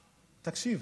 תקשיב.